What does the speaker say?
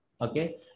Okay